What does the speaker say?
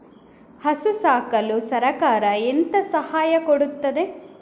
ಹಸು ಸಾಕಲು ಸರಕಾರ ಎಂತ ಸಹಾಯ ಕೊಡುತ್ತದೆ?